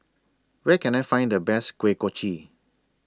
Where Can I Find The Best Kuih Kochi